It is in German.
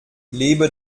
lebe